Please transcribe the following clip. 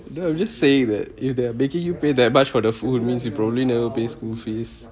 no I'm just say that if they are making you pay that much for the food means you probably never pay school fees